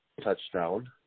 touchdown